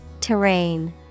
Terrain